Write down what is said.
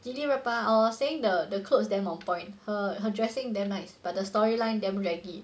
迪丽热巴 I was saying the the clothes damn on point her her dressing damn nice but the storyline damn draggy